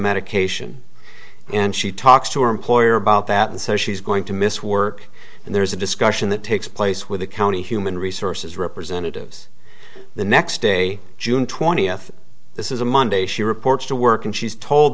medication and she talks to her employer about that and says she's going to miss work and there's a discussion that takes place with the county human resources representatives the next day june twentieth this is a monday she reports to work and she's told